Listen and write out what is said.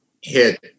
hit